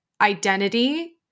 identity